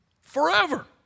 forever